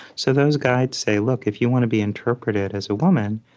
so those guides say, look, if you want to be interpreted as a woman,